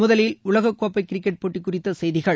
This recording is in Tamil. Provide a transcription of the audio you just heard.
முதலில் உலகக்கோப்பை கிரிக்கெட் போட்டி குறித்த செய்திகள்